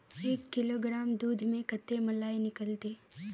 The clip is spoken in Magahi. एक किलोग्राम दूध में कते मलाई निकलते?